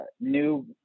new –